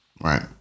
Right